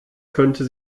könnte